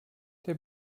der